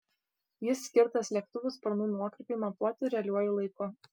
jis skirtas lėktuvų sparnų nuokrypiui matuoti realiuoju laiku